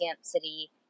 city